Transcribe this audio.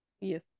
Yes